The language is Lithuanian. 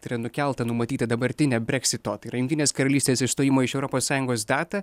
tai yra nukeltą numatyta dabartinė breksito tai yra karalystės išstojimo iš europos sąjungos datą